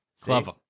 Clever